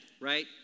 right